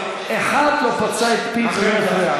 אחד לא פצה את פיו.